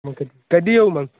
मग कधी येऊ मग